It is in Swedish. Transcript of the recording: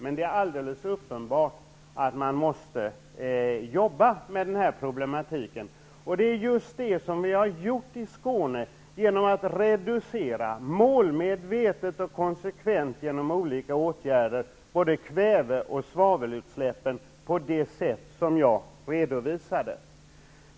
Men det är alldeles uppenbart att man måste jobba med denna problematik. Det har vi gjort i Skåne genom att målmedvetet och konsekvent via olika åtgärder reducera både kväve och svavelutsläpp, på det sätt som jag redovisade.